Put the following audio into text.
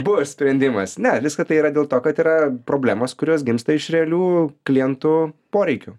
buvo sprendimas ne visa tai yra dėl to kad yra problemos kurios gimsta iš realių klientų poreikių